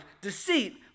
deceit